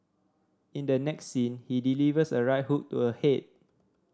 in the next scene he delivers a right hook to her head